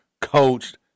coached